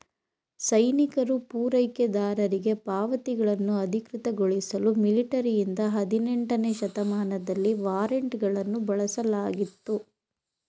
ಸೈನಿಕರು ಪೂರೈಕೆದಾರರಿಗೆ ಪಾವತಿಗಳನ್ನು ಅಧಿಕೃತಗೊಳಿಸಲು ಮಿಲಿಟರಿಯಿಂದ ಹದಿನೆಂಟನೇ ಶತಮಾನದಲ್ಲಿ ವಾರೆಂಟ್ಗಳನ್ನು ಬಳಸಲಾಗಿತ್ತು